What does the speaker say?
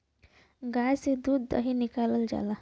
गाय से दूध दही निकालल जाला